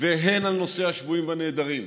והן על נושאי השבויים והנעדרים,